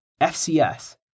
FCS